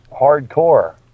hardcore